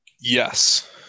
Yes